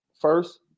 first